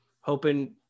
hoping